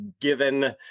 given